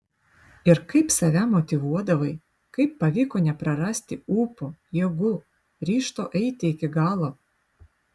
ir kaip save motyvuodavai kaip pavyko neprarasti ūpo jėgų ryžto eiti iki galo